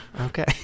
Okay